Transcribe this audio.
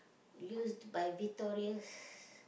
used by Victoria's